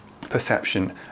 perception